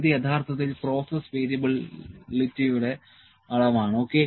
ഇത് യഥാർത്ഥത്തിൽ പ്രോസസ് വേരിയബിളിറ്റിയുടെ അളവാണ് ഓക്കേ